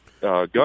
Gun